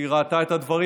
היא ראתה את הדברים.